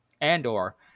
and/or